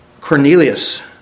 Cornelius